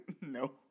No